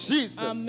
Jesus